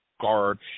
guard